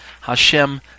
Hashem